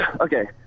Okay